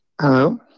Hello